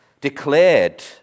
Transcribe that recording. declared